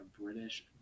British